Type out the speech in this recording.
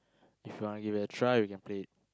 if you want give it a try we can play